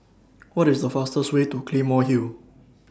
What IS The fastest Way to Claymore Hill